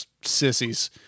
sissies